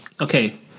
Okay